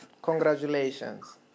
Congratulations